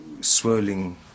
swirling